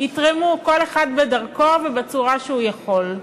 יתרמו כל אחד בדרכו ובצורה שהוא יכול.